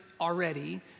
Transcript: already